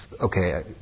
Okay